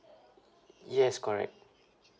yes correct